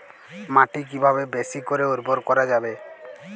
মাটি কিভাবে বেশী করে উর্বর করা যাবে?